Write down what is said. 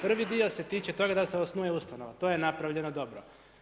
Prvi dio se tiče toga da se osnuje ustanova, to napravljeno dobro.